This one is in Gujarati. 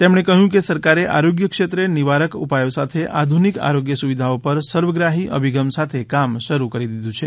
તેમણે કહ્યું કે સરકારે આરોગ્ય ક્ષેત્રે નિવારક ઉપાયો સાથે આધુનિક આરોગ્ય સુવિધાઓ પર સર્વગ્રાહી અભિગમ સાથે કામ શરૂ કરી દીધું છે